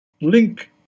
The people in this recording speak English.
link